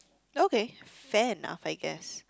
okay fair enough I guess